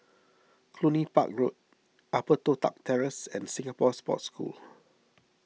Cluny Park Road Upper Toh Tuck Terrace and Singapore Sports School